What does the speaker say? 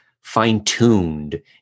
fine-tuned